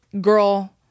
girl